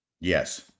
Yes